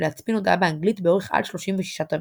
להצפין הודעה באנגלית באורך עד 36 תווים,